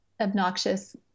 obnoxious